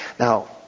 Now